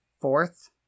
fourth